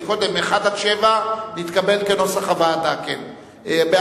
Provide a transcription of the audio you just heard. סעיפים 1 7 התקבלו כנוסח הוועדה, אמרתי.